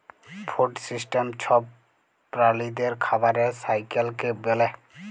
food system ছব প্রালিদের খাবারের সাইকেলকে ব্যলে